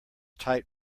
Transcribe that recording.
tight